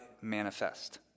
manifest